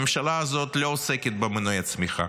הממשלה הזאת לא עוסקת במנועי הצמיחה.